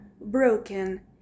broken